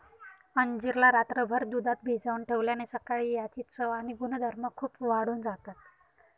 अंजीर ला रात्रभर दुधात भिजवून ठेवल्याने सकाळी याची चव आणि गुणधर्म खूप वाढून जातात